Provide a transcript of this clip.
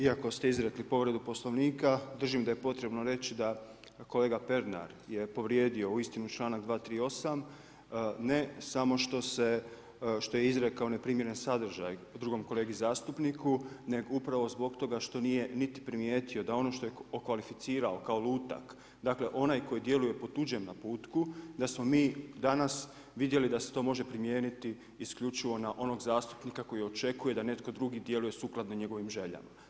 Iako ste izrekli povredu Poslovnika držim da je potrebno reći da kolega Pernar je povrijedio uistinu članak 238., ne samo što se, što je izrekao neprimjeren sadržaj drugom kolegi zastupniku nego upravo zbog toga što nije niti primijetio da ono što je okvalificirao kao lutak, dakle onaj koji djeluje po tuđem naputku da smo mi danas vidjeli da se to može primijeniti isključivo na onog zastupnika koji očekuje da netko drugi djeluje sukladno njegovim željama.